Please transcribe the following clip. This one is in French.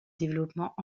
développement